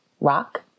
rock